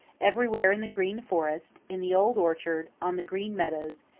everywhere in the green forest, in the old orchard, on the green meadows,